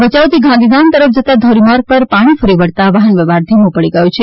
ભયાઉથી ગાંધીધામ તરફ જતાં ધોરીમાર્ગ ઉપર પાણી ફરી વળતાં વહનવ્યવહાર ધીમો પડી ગયો છે